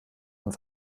und